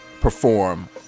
perform